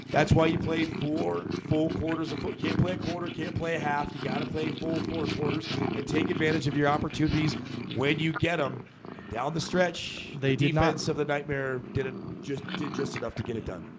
that's why you played four full quarters of foot. you can't play a quarter can't play a half you got to play full four quarters and take advantage of your opportunities when you get them and down the stretch, they denied so the nightmare did it just did just enough to get it done.